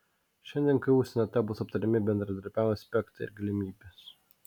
šiandien ku senate bus aptariami bendradarbiavimo aspektai ir galimybės